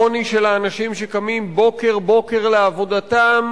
העוני של האנשים שקמים בוקר-בוקר לעבודתם,